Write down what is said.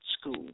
school